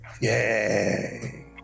Yay